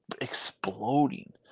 exploding